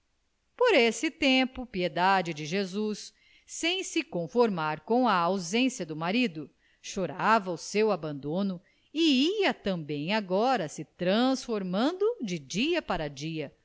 por esse tempo piedade de jesus sem se conformar com a ausência do marido chorava o seu abandono e ia também agora se transformando de dia para dia